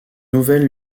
nouvelle